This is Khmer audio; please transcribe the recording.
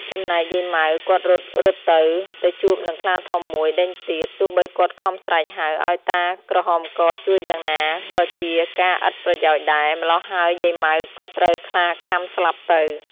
ចំណែកយាយ ម៉ៅ គាត់រត់ៗទៅ ទៅជួបនឹងខ្លាធំមួយដេញទៀត ទោះបីគាត់ខំស្រែកហៅ ឲ្យតាក្រហមកជួយយ៉ាងណា ក៏ជាការឥតប្រយោជន៍ដែរ ម៉្លោះហើយយាយ ម៉ៅ ក៏ត្រូវខ្លាខាំស្លាប់ទៅ ។